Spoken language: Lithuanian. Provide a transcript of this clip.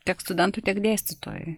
tiek studentui tiek dėstytojui